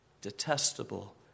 detestable